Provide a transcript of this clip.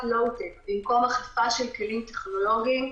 לואו-טק במקום אכיפה של כלים טכנולוגיים,